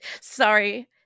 Sorry